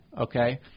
Okay